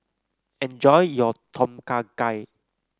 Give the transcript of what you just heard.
enjoy your Tom Kha Gai